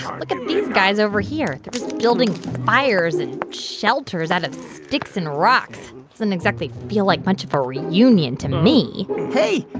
look at these guys over here just building fires and shelters out of sticks and rocks. it doesn't exactly feel like much of a reunion to me hey.